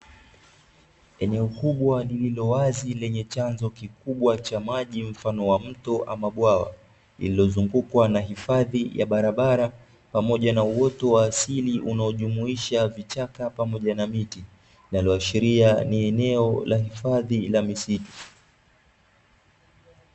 Eneo kubwa lililowazi lenye chanzo kikubwa cha maji mfano wa mto ama bwawa, lililozungukwa na hifadhi ya barabara pamoja na uoto wa asili unaojumuisha vichaka pamoja na miti, linaloashiria ni eneo la hifadhi la misitu.